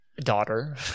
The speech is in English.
Daughter